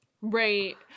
Right